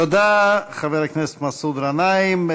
תודה, חבר הכנסת מסעוד גנאים.